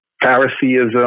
Phariseeism